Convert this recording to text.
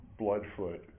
Bloodfoot